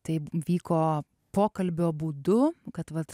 taip vyko pokalbio būdu kad vat ž